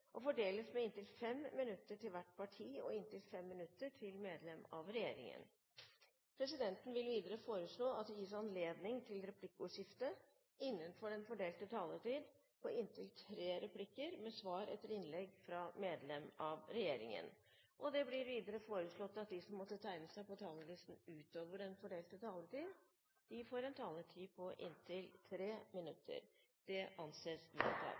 og fordeles med inntil 5 minutter til hvert parti og inntil 5 minutter til medlem av regjeringen. Presidenten vil videre foreslå at det gis anledning til replikkordskifte på inntil tre replikker med svar etter innlegg fra medlem av regjeringen innenfor den fordelte taletid. Videre blir det foreslått at de som måtte tegne seg på talerlisten utover den fordelte taletid, får en taletid på inntil 3 minutter. – Det anses vedtatt.